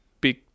big